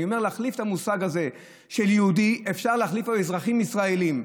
אני אומר להחליף את המושג הזה של "יהודי" במושג "אזרחים ישראלים",